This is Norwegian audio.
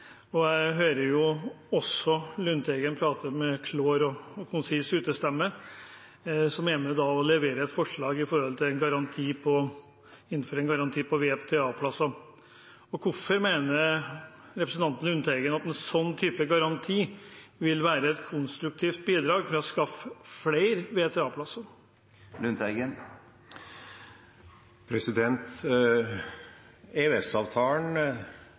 sosialfeltet. Jeg hører Lundteigen prate med klar og konsis utestemme, og han har levert et forslag – sammen med Sosialistisk Venstreparti – om en garanti for VTA-plasser. Hvorfor mener representanten Lundteigen at en slik garanti vil være et konstruktivt bidrag til å skaffe flere